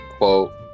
Quote